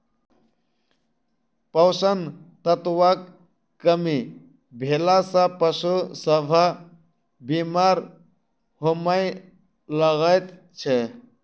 पोषण तत्वक कमी भेला सॅ पशु सभ बीमार होमय लागैत छै